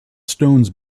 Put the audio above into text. stones